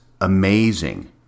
amazing